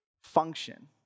function